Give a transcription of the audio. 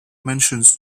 mentions